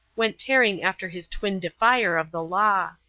went tearing after his twin defier of the law.